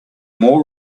more